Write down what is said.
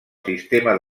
sistema